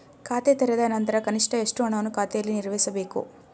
ಖಾತೆ ತೆರೆದ ನಂತರ ಕನಿಷ್ಠ ಎಷ್ಟು ಹಣವನ್ನು ಖಾತೆಯಲ್ಲಿ ನಿರ್ವಹಿಸಬೇಕು?